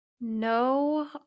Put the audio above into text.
No